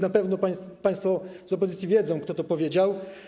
Na pewno państwo z opozycji wiedzą, kto to powiedział.